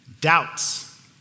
doubts